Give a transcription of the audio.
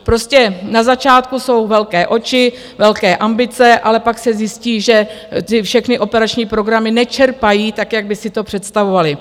Prostě na začátku jsou velké oči, velké ambice, ale pak se zjistí, že ty všechny operační programy nečerpají tak, jak by si to představovaly.